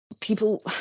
people